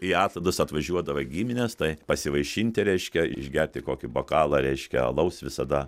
į atlaidus atvažiuodava giminės tai pasivaišinti reiškia išgerti kokį bokalą reiškia alaus visada